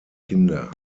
kinder